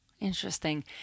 Interesting